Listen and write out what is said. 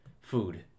food